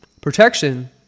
protection